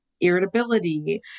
irritability